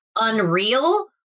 Unreal